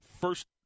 first